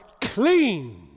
clean